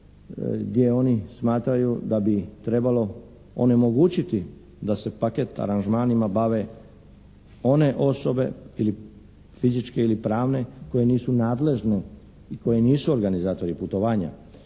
gdje oni smatraju da bi trebalo onemogućiti da se paket aranžmanima bave one osobe ili fizičke ili pravne koje nisu nadležne i koje nisu organizatori putovanja,